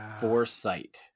Foresight